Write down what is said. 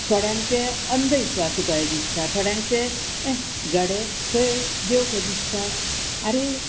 थोड्यांक ते अंधविस्वासाय दिसता थोड्यांक ते गडे खंय देव खंय दिसता आरे